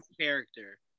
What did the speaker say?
character